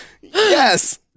Yes